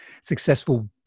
successful